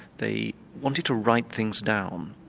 they wanted to write things down,